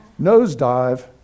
nosedive